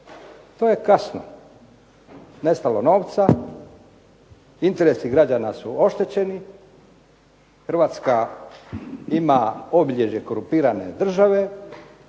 To je kasno. Nestalo novca, interesi građana su oštećeni. Hrvatska ima obilježje korumpirane države,